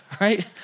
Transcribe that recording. right